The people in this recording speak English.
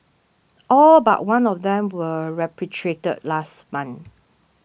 all but one of them were repatriated last month